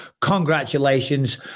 congratulations